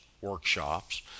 workshops